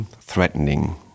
threatening